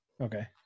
Okay